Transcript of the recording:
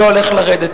לא הולך לרדת,